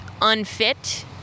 unfit